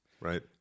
Right